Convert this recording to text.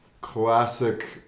Classic